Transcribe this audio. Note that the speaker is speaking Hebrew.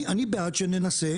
אני בעד שננסה,